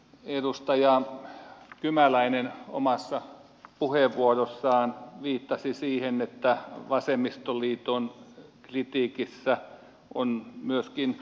edustaja kymäläinen omassa puheenvuorossaan viittasi siihen että vasemmistoliiton kritiikissä on myöskin perusteensa